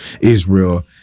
Israel